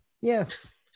Yes